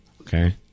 Okay